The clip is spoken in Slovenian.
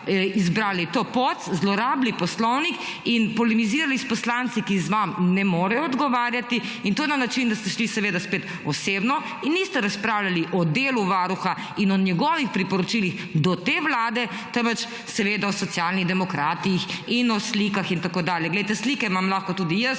izbrali to pot, zlorabili poslovnik in polemizirali s poslanci, ki vam ne morejo odgovarjati, in to na način, da ste šli seveda spet osebno in niste razpravljali o delu Varuha in o njegovih priporočilih do te vlade, temveč seveda o Socialnih demokratih in o slikah in tako dalje. Poglejte, slike imam lahko tudi jaz